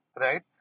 right